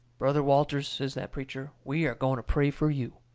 brother walters, says that preacher, we are going to pray for you.